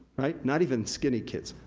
right? not even skinny kids,